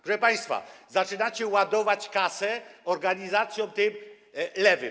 Proszę państwa, zaczynacie ładować kasę do organizacji, tych lewych.